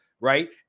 Right